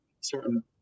certain